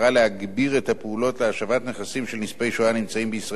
הפעולות להשבת נכסים של נספי השואה הנמצאים בישראל לידי יורשיהם,